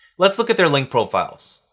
let's look at their link profiles.